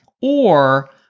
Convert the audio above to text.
or-